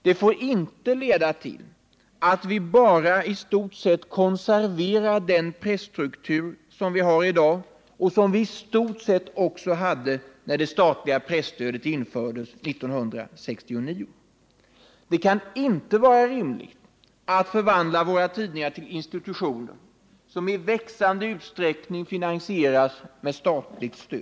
Det får inte leda till att vi bara konserverar den presstruktur som vi har i dag och som vi i stort sett hade när det statliga presstödet infördes 1969. Det kan inte vara rimligt att förvandla våra tidningar till institutioner som i växande utsträckning finansieras med statligt stöd.